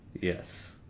Yes